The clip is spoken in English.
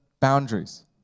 boundaries